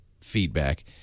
feedback